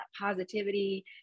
positivity